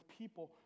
people